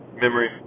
memory